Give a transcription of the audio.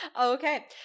Okay